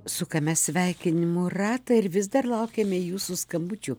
sukame sveikinimų ratą ir vis dar laukiame jūsų skambučių